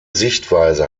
sichtweise